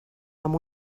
amb